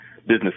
business